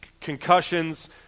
concussions